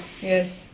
yes